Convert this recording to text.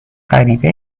غریبه